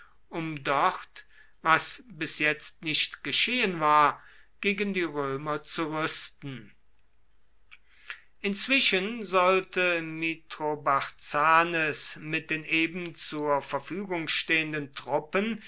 um dort was bis jetzt nicht geschehen war gegen die römer zu rüsten inzwischen sollte mithrobarzanes mit den eben zur verfügung stehenden truppen